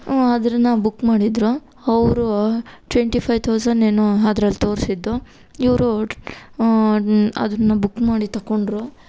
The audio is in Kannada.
ಅದನ್ನ ಬುಕ್ ಮಾಡಿದ್ದರು ಅವರು ಟ್ವೆಂಟಿ ಫೈವ್ ಥೌಸೆಂಡ್ ಏನೋ ಅದ್ರಲ್ಲಿ ತೋರಿಸಿದ್ದು ಇವರು ಅದನ್ನು ಬುಕ್ ಮಾಡಿ ತೊಕೊಂಡ್ರು